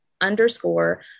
underscore